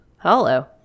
Hello